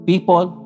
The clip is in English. People